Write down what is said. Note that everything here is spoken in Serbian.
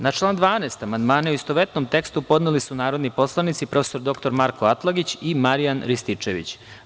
Na član 12. amandmane u istovetnom tekstu podneli su narodni poslanici prof. dr Marko Atlagić i Marijan Rističević.